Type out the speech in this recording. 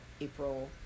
April